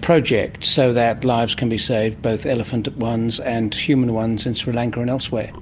project so that lives can be saved, both elephant ones and human ones in sri lanka and elsewhere.